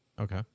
Okay